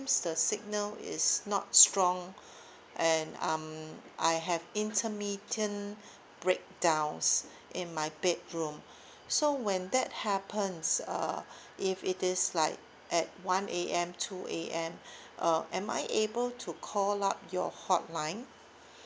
the signal is not strong and um I have intermittent breakdowns in my bedroom so when that happens uh if it is like at one A_M two A_M uh am I able to call up your hotline